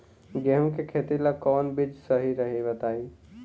गेहूं के खेती ला कोवन बीज सही रही बताई?